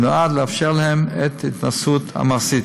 שנועד לאפשר להם את ההתנסות המעשית.